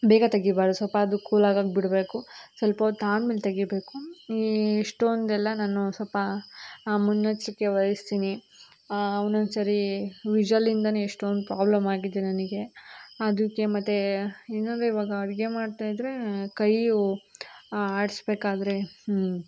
ಬೇಗ ತೆಗಿಬಾರ್ದು ಸ್ವಲ್ಪ ಅದು ಕೂಲಾಗೋಕ್ ಬಿಡಬೇಕು ಸ್ವಲ್ಪ ಹೊತ್ತಾದ್ಮೇಲ್ ತೆಗಿಬೇಕು ಇಷ್ಟೊಂದೆಲ್ಲ ನಾನು ಸ್ವಲ್ಪ ಮುನ್ನೆಚ್ಚರಿಕೆ ವಹಿಸ್ತೀನಿ ಒಂದೊಂದ್ಸರೀ ವಿಶಲಿಂದಲೇ ಎಷ್ಟೋಂದು ಪ್ರಾಬ್ಲಮ್ ಆಗಿದೆ ನನಗೆ ಅದಕ್ಕೆ ಮತ್ತು ಏನಂದ್ರೆ ಇವಾಗ ಅಡುಗೆ ಮಾಡ್ತಾಯಿದ್ದರೆ ಕೈಯು ಆಡಿಸ್ಬೇಕಾದ್ರೆ ಹ್ಞೂ